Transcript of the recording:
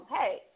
hey